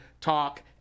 Talk